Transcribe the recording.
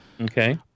Okay